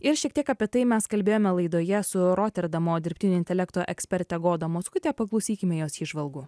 ir šiek tiek apie tai mes kalbėjome laidoje su roterdamo dirbtinio intelekto eksperte goda mockute paklausykime jos įžvalgų